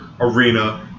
arena